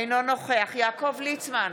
אינו נוכח יעקב ליצמן,